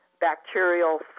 bacterial